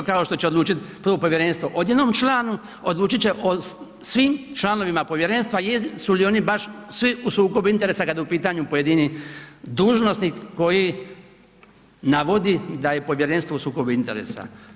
Isto kao št će odlučiti to povjerenstvo o jednom članu, odlučiti će o svim članovima povjerenstva jesu li oni baš svi u sukobu interesa kad je u pitanju pojedini dužnosnik koji navodi da je povjerenstvo u sukobu interesa.